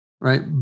right